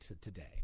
today